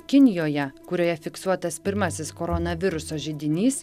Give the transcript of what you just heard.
kinijoje kurioje fiksuotas pirmasis koronaviruso židinys